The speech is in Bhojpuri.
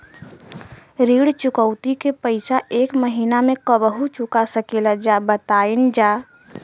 ऋण चुकौती के पैसा एक महिना मे कबहू चुका सकीला जा बताईन जा?